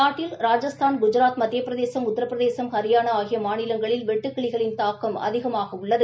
நாட்டில் ராஜஸ்தான் குஜராத் மத்திய பிரதேசம் உத்திரபிரதேசம் ஹரிபானா மாநிலங்களில் வெட்டுக்கிளிகளின் தாக்கம் அதிகமாக உள்ளது